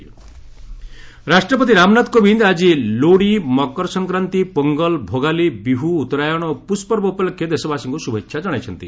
ପ୍ରେଜ୍ ଗ୍ରିଟିଙ୍ଗ୍ସ୍ ରାଷ୍ଟ୍ରପତି ରାମନାଥ କୋବିନ୍ଦ୍ ଆଜି ଲୋଡି ମକର ସଂକ୍ରାନ୍ତି ପୋଙ୍ଗଲ୍ ଭୋଗାଲି ବିହୁ ଉତ୍ତରାୟଣ ଓ ପୁଷ୍ ପର୍ବ ଉପଲକ୍ଷେ ଦେଶବାସୀଙ୍କୁ ଶୁଭେଚ୍ଛା ଜଣାଇଛନ୍ତି